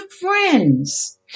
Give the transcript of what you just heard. friends